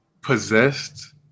possessed